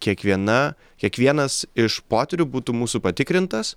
kiekviena kiekvienas iš potyrių būtų mūsų patikrintas